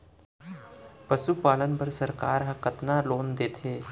पशुपालन बर सरकार ह कतना लोन देथे?